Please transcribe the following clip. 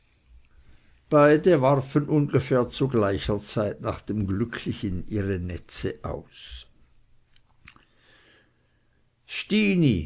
beide warfen ungefähr zu gleicher zeit nach dem glücklichen ihre netze aus stini